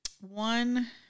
one